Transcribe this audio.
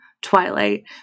Twilight